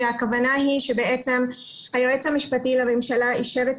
והכוונה היא שהיועץ המשפטי לממשלה אישר את